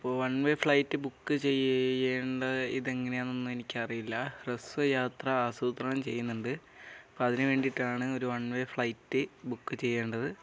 അപ്പോൾ one way flight book ചെയ്യേണ്ട ഇതെങ്ങനെയാണെന്നൊന്നും എനിക്കറിയില്ല ഹ്രസ്വ യാത്ര ആസൂത്രണം ചെയ്യുന്നുണ്ട് അപ്പം അതിന് വേണ്ടിയിട്ടാണ് ഒരു വൺ വേ ഫ്ലൈറ്റ് ബുക്ക് ചെയ്യേണ്ടത്